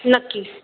नक्की